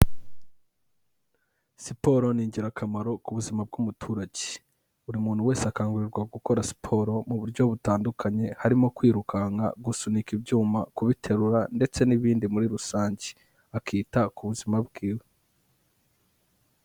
Siporo ni ingirakamaro ku buzima bw'umuturage. Buri muntu wese akangurirwa gukora siporo mu buryo butandukanye harimo kwirukanka, gusunika ibyuma, kubiterura ndetse n'ibindi muri rusange, akita ku buzima bwiwe.